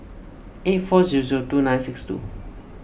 eight four zero zero two nine six two